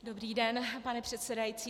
Dobrý den, pane předsedající.